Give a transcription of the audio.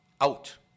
out